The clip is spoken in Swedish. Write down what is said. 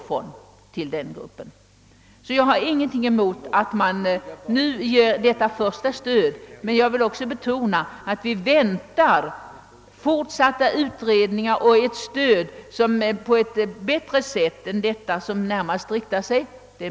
Jag har därför ingenting emot att man nu ger detta utlovade stöd till de ekonomiskt sämst ställda, till flerbarnsfamiljerna och de ensamstående.